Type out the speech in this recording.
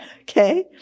Okay